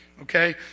okay